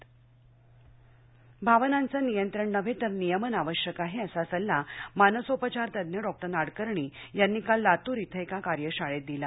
नाडकर्णी भावनांचे नियंत्रण नव्हे तर नियमन आवश्यक आहे असा सल्ला मानसोपचार तज्ञ डॉक्टर नाडकर्णी यांनी काल लातूर इथं एका कार्यशाळेत दिला